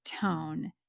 tone